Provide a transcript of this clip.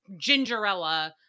gingerella